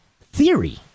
theory